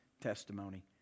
testimony